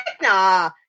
Nah